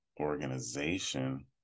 organization